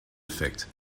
effect